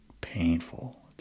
Painful